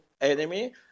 enemy